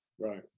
Right